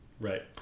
Right